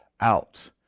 out